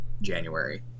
January